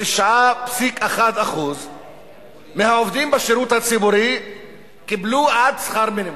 29.1% מהעובדים בשירות הציבורי קיבלו עד שכר מינימום.